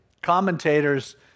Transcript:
commentators